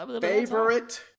Favorite